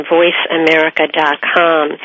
VoiceAmerica.com